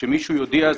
כשמישהו יודיע,